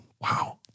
Wow